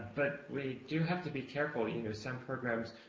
but we do have to be careful. you know some programs,